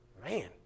Man